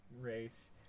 race